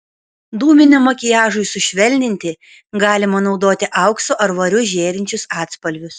dūminiam makiažui sušvelninti galima naudoti auksu ar variu žėrinčius atspalvius